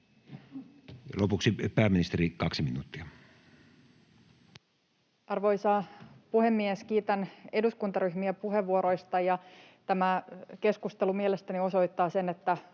Time: 14:25 Content: Arvoisa puhemies! Kiitän eduskuntaryhmiä puheenvuoroista. Tämä keskustelu mielestäni osoittaa sen, että